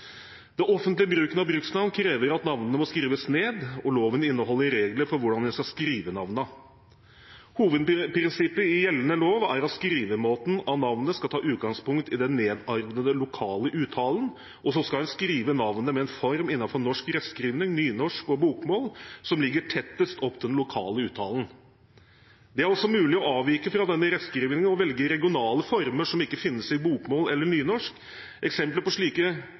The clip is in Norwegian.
Den offentlige bruken av bruksnavn krever at navnene må skrives ned, og loven inneholder regler for hvordan en skal skrive navnene. Hovedprinsippet i gjeldende lov er at skrivemåten av navnet skal ta utgangspunkt i den nedarvede lokale uttalen, og så skal en skrive navnet med en form innenfor norsk rettskriving – nynorsk eller bokmål – som ligger tettest opp til den lokale uttalen. Det er også mulig å avvike fra denne rettskrivingen og velge regionale former som ikke finnes i bokmål eller nynorsk. Eksempler på slike